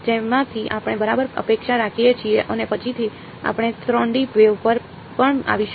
જેમાંથી આપણે બરાબર અપેક્ષા રાખીએ છીએ અને પછીથી આપણે 3 ડી વેવ પર પણ આવીશું